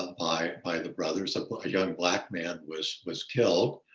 ah by by the brothers, a young black man was was killed.